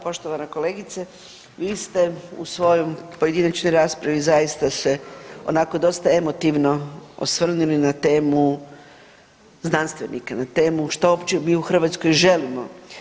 Poštovana kolegice vi ste u svojoj pojedinačnoj raspravi zaista se onako dosta emotivno osvrnuli na temu znanstvenika, na temu šta uopće mi u Hrvatskoj želimo.